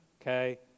Okay